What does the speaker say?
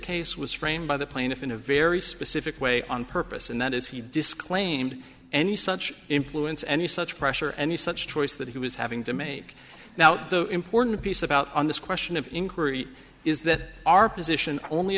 case was framed by the plaintiff in a very specific way on purpose and that is he disclaimed any such influence any such pressure any such choice that he was having to make now the important piece about on this question of inquiry is that our position only